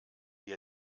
wie